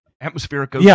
atmospheric